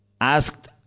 asked